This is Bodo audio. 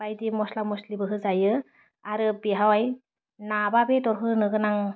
बायदि मस्ला मस्लिबो होजायो आरो बिहावआइ नाबा बेदर होनो गोनां